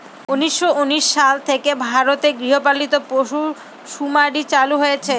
উনিশশো উনিশ সাল থেকে ভারতে গৃহপালিত পশুসুমারী চালু হয়েছে